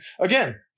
again